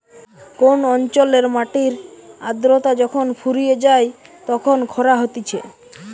কোন অঞ্চলের মাটির আদ্রতা যখন ফুরিয়ে যায় তখন খরা হতিছে